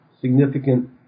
significant